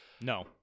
No